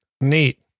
Neat